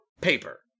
paper